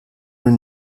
ohne